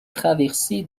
traversée